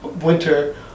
winter